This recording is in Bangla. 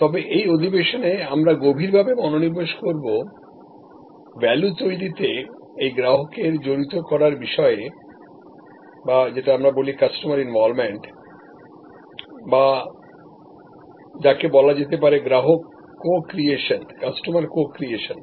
তবে এই অধিবেশনে আমরা গভীরভাবে মনোনিবেশ করব value তৈরিতে এই গ্রাহকের জড়িত করার বিষয়েকাস্টমার ইনভলভ মেন্ট বা যাকে বলা যেতে পারে গ্রাহক co creation customer co creation